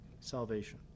salvation